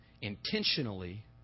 intentionally